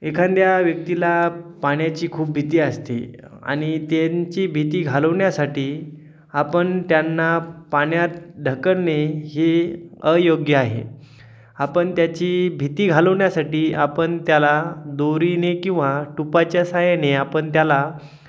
एखाद्या व्यक्तीला पाण्याची खूप भीती असते आणि त्यांची भीती घालवण्यासाठी आपण त्यांना पाण्यात ढकलणे हे अयोग्य आहे आपण त्याची भीती घालवण्यासाठी आपण त्याला दोरीने किंवा टुपाच्या सहाय्याने आपण त्याला